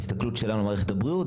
ההסתכלות שלנו מערכת הבריאות,